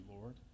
Lord